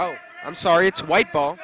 oh i'm sorry it's a white ball